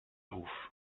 ruf